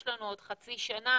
יש לנו עוד חצי שנה,